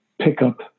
pickup